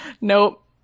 Nope